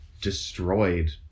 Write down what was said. destroyed